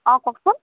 অঁ কওকচোন